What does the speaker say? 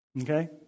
Okay